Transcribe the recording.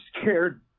scared